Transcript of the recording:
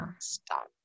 stop